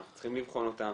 אנחנו צריכים לבחון אותן,